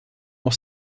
was